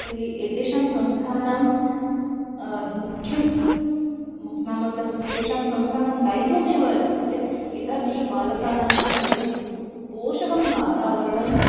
तर्हि एतासां संस्थानां मुख्यं तु नाम तस्य तेषां संस्थानां दायित्वमेव अस्ति यत् एतादृशबालकानां कृते पोषकं वातावरणं